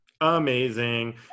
Amazing